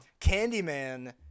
Candyman